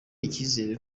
icyizere